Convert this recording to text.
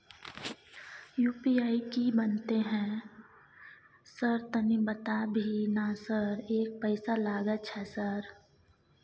UPI की बनते है सर तनी बता भी ना सर एक पैसा लागे छै सर?